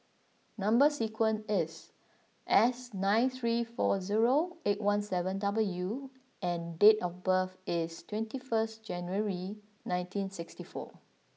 number sequence is S nine three four zero eight one seven W and date of birth is twenty first January nineteen sixty four